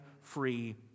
free